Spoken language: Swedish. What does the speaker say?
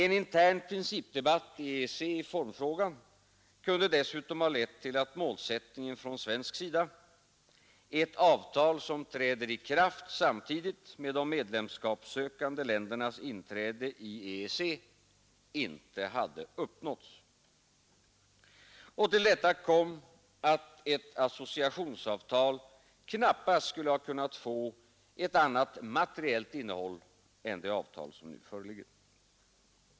En intern principdebatt i EEC i formfrågan kunde dessutom ha lett till att målsättningen från svensk sida — ett avtal som träder i kraft samtidigt med de medlemskapssökande ländernas inträde i EEC — inte hade uppnåtts. Till detta kom att ett associationsavtal knappast skulle ha kunnat få ett annat materiellt innehåll än det avtal som nu föreligger.